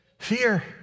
fear